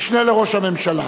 משנה לראש הממשלה.